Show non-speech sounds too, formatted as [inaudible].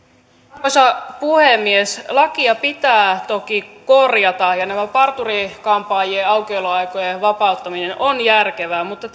arvoisa puhemies lakia pitää toki korjata ja näiden parturi kampaajien aukioloaikojen vapauttaminen on järkevää mutta [unintelligible]